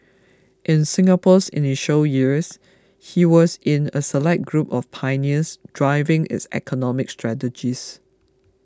in Singapore's initial years he was in a select group of pioneers driving its economic strategies